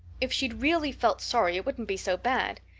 if she'd really felt sorry it wouldn't be so bad.